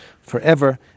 forever